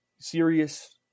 serious